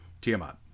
Tiamat